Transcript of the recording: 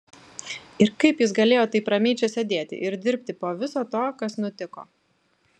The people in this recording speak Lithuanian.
ir kaip jis galėjo taip ramiai čia sėdėti ir dirbti po viso to kas nutiko